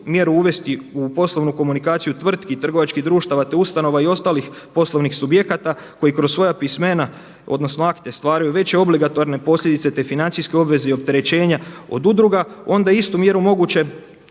uvesti u poslovnu komunikaciju tvrtki, trgovačkih društava, te ustanova i ostalih poslovnih subjekata koji kroz svoja pismena odnosno akte stvaraju veće obligatorne posljedice, te financijske obveze i opterećenja od udruga onda istu mjeru moguće